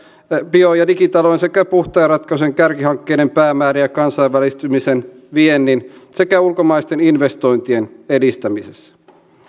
bio ja digitalouden sekä puhtaiden ratkaisujen kärkihankkeiden päämääriä kansainvälistymisen viennin sekä ulkomaisten investointien edistämisessä